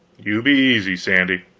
you be easy, sandy.